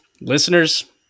Listeners